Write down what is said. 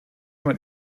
man